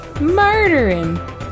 Murdering